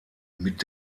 mit